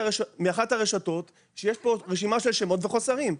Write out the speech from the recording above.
הרשתות שיש פה רשימה של שמות וחוסרים.